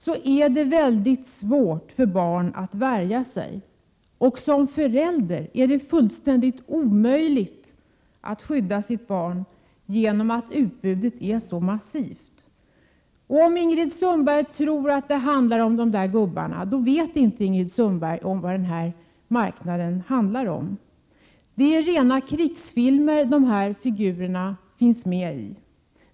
Då är det väldigt svårt för barnen att värja sig, och för en förälder är det fullständigt omöjligt att skydda sitt barn på grund av att utbudet är så massivt. Om Ingrid Sundberg tror att det handlar om de här plastgubbarna, då vet inte Ingrid Sundberg vad den här marknaden gäller. Det är rena krigsfilmer som dessa figurer finns med i.